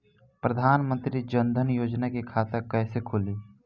प्रधान मंत्री जनधन योजना के खाता कैसे खुली?